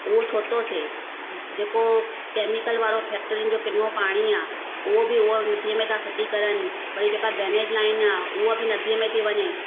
उहो छो थो थिए जेको कैमिकल वारो फैक्ट्रीन जो किनो पाणी आहे उहो बि उहो नदीअ में था फिटी कनि वरी जेका ड्रेनेज लाइन आहे उहो बि नदीअ में थी वञे